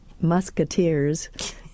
musketeers